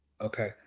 Okay